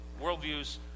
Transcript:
worldviews